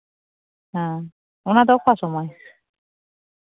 ᱦᱮᱸ ᱚᱱᱟ ᱫᱚ ᱚᱠᱟ ᱥᱚᱢᱚᱭ